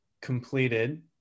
completed